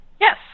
Yes